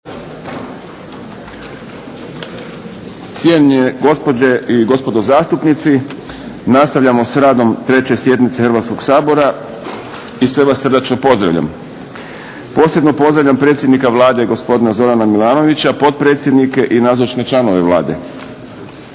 Cijenjene gospođe i gospodo zastupnici, nastavljamo s radom 3. sjednice Hrvatskog sabora i sve vas srdačno pozdravljam. Posebno pozdravljam predsjednika Vlade gospodina Zoran Milanovića, potpredsjednike i nazočne članove Vlade,